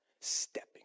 Stepping